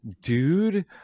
dude